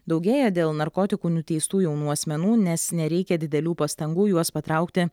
daugėja dėl narkotikų nuteistų jaunų asmenų nes nereikia didelių pastangų juos patraukti